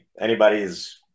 anybody's